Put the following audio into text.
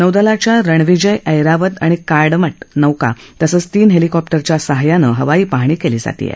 नौदलाच्या रणविजय ऐरावत आणि काडमट्ट नौका तसंच तीन हेलिकॉप्टर्सच्या सहाय्यानं हवाई पाहणी केली जात आहे